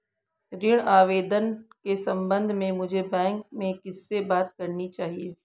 ऋण आवेदन के संबंध में मुझे बैंक में किससे बात करनी चाहिए?